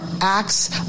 acts